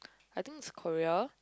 I think is Korea